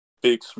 Big